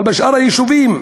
אבל בשאר היישובים,